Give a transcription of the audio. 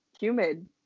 humid